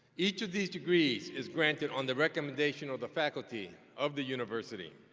each of these degrees is granted on the recommendation of the faculty of the university.